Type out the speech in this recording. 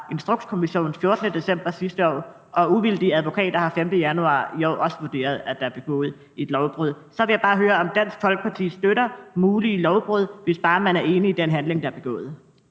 Instrukskommissionen fra den 14. december sidste år, og uvildige advokater har den 15. januar i år også vurderet, at der er begået et lovbrud. Så vil jeg bare høre, om Dansk Folkeparti støtter mulige lovbrud, hvis bare man er enig i den handling, der er begået.